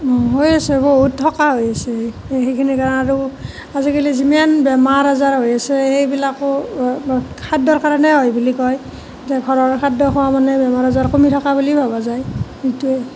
হৈ আছে বহুত থকা হৈ আছে সেইখিনি কাৰণেতো আজিকালি যিমান বেমাৰ আজাৰ হৈ আছে সেইবিলাকো খাদ্যৰ কাৰণে হয় বুলি কয় এতিয়া ঘৰৰ খাদ্য খোৱা মানে বেমাৰ আজাৰ কমি থকা বুলি ভবা যায় সেইটোৱে